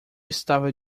estava